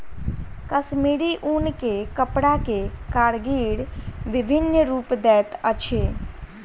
कश्मीरी ऊन के कपड़ा के कारीगर विभिन्न रूप दैत अछि